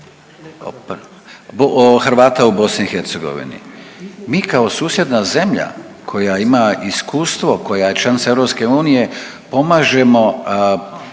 Hrvata u BiH. Mi kao susjedna zemlja koja ima iskustvo, koja je članica EU pomažemo